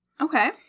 Okay